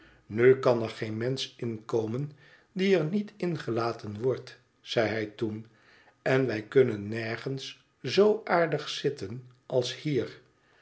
nu kan er geen mensch inkomen die er niet ingelaten wordt zeide hij toen en wij kunnen nergens zoo aardig zitten als hier